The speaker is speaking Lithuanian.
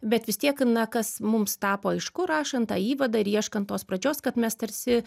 bet vis tiek na kas mums tapo aišku rašant tą įvadą ir ieškant tos pradžios kad mes tarsi